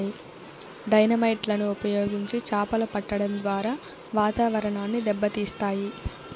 dynamite లను ఉపయోగించి చాపలు పట్టడం ద్వారా వాతావరణాన్ని దెబ్బ తీస్తాయి